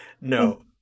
no